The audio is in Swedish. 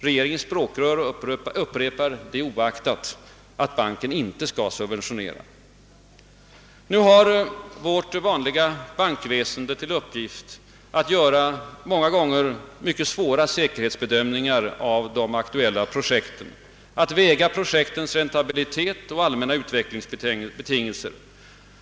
Regeringens språkrör upprepar det oaktat att banken inte skall subventionera. Nu har vårt vanliga bankväsen till uppgift att göra många gånger mycket svåra säkerhetsbedömningar av de aktuella projekten, att väga deras räntabilitet och allmänna utvecklingsbetingelser.